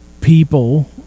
people